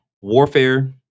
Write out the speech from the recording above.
Warfare